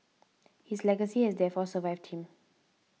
his legacy has therefore survived him